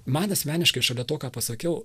man asmeniškai šalia to ką pasakiau